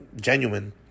genuine